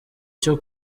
cyo